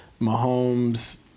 Mahomes